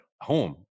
home